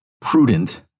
prudent